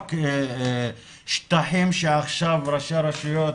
רק שטחים שעכשיו ראשי הרשויות,